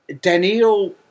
Daniel